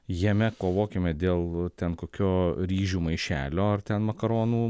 jame kovokime dėl ten kokio ryžių maišelio ar ten makaronų